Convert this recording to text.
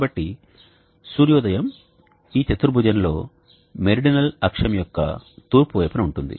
కాబట్టి సూర్యోదయం ఈ చతుర్భుజంలో మెరిడినల్ అక్షం యొక్క తూర్పు వైపున ఉంటుంది